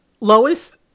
Lois